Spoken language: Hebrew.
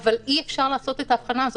--- אבל אי אפשר לעשות את ההבחנה הזאת,